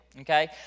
Okay